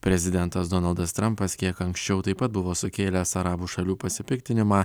prezidentas donaldas trampas kiek anksčiau taip pat buvo sukėlęs arabų šalių pasipiktinimą